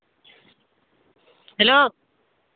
hello